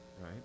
right